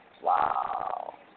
Wow